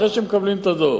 אחרי שמקבלים את הדוח.